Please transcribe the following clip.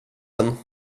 den